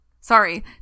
sorry